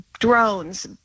drones